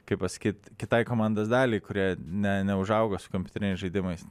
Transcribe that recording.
kaip pasakyti kitai komandos daliai kuria ne neužaugo su kompiuteriniais žaidimais